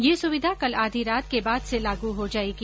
ये सुविधा कल आधी रात के बाद से लागू हो जाएगी